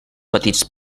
petits